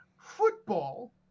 Football